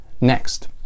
next